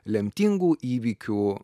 lemtingų įvykių